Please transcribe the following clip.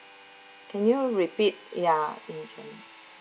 can you repeat ya